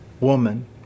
woman